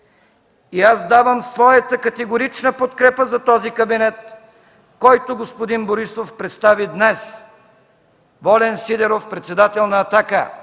И аз давам своята категорична подкрепа за този кабинет, който господин Борисов представи днес. Волен Сидеров – председател на „Атака”.